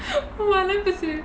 வளர்க்க சரி:valarkka sari